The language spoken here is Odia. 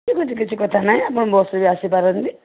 ଠିକ୍ ଅଛି କିଛି କଥା ନାହିଁ ଆପଣ ବସ୍ରେ ବି ଆସିପାରନ୍ତି